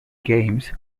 games